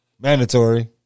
Mandatory